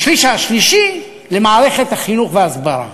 והשליש השלישי, למערכת החינוך וההסברה.